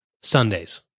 Sundays